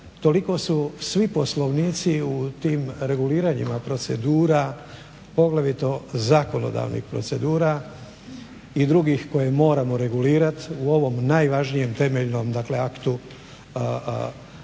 toliko su svi poslovnici u tim reguliranjima procedura, poglavito zakonodavnih procedura i drugih koje moramo regulirat u ovom najvažnijem temeljnom aktu jednog